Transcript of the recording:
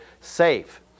safe